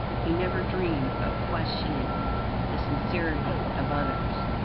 he never dreamed of questioning the sincerity of others.